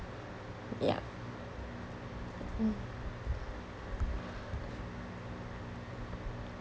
yup hmm